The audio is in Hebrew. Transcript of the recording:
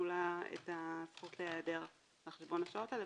לה את הזכות להיעדר על חשבון השעות האלה.